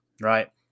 right